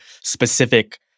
specific